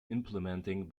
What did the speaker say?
implementing